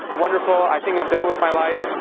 wonderful. i think i'm done with my life.